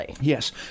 Yes